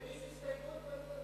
אני אגיש הסתייגות לעניין הזה...